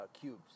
cubes